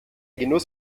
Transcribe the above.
genuss